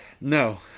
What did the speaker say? No